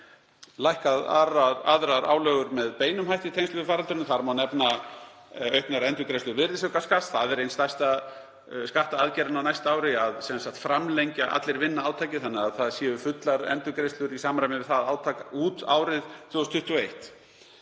aðrar álögur með beinum hætti í tengslum við faraldurinn. Þar má m.a. nefna auknar endurgreiðslur virðisaukaskatts, en það er ein stærsta skattaaðgerðin á næsta ári; að framlengja Allir vinna átakið þannig að það séu fullar endurgreiðslur í samræmi við það átak út árið 2021.